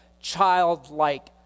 childlike